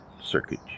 circuit